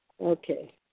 Okay